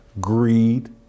greed